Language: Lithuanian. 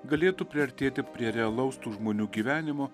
galėtų priartėti prie realaus tų žmonių gyvenimo